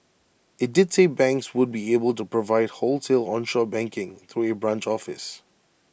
IT did say banks would be able to provide wholesale onshore banking through A branch office